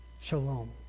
Shalom